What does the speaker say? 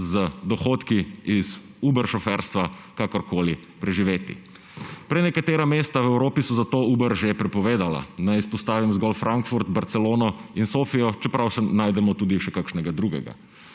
z dohodki iz Uber »šoferstva« kakorkoli preživeti. Prenekatera mesta v Evropi so zato Uber že prepovedala. Naj izpostavim zgolj Frankfurt, Barcelono in Sofijo, čeprav še najdemo tudi še kakšnega drugega.